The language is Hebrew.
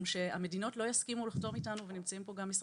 המדינות לא יסכימו לחתום איתנו על הסכמים,